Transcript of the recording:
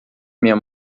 minha